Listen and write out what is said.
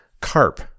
carp